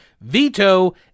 veto